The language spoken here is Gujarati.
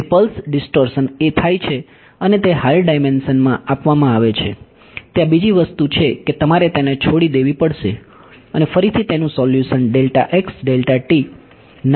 તેથી પલ્સ ડીસ્ટોર્શન એ થાય છે અને તે હાયર ડાયમેન્શનમાં આપવામાં આવે છે ત્યાં બીજી વસ્તુ છે કે તમારે તેને છોડી દેવી પડશે અને ફરીથી તેનો સોલ્યુશન નાનું બનાવવું પડશે